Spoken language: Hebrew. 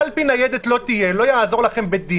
קלפי ניידת לא תהיה, לא יעזור לכם כלום.